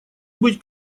быть